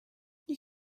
you